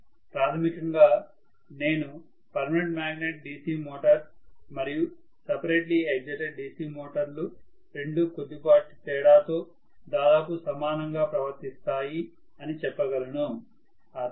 ప్రాథమికంగా నేను permanent magnet DC motor మరియు సపరేట్లీ ఎగ్జైటెడ్ DC మోటార్ లు రెండు కొద్దిపాటి తేడాతో దాదాపుగా సమానంగా ప్రవర్తిస్తాయి అని చెప్పగలను ఆ తేడా